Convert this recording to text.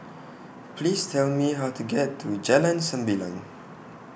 Please Tell Me How to get to Jalan Sembilang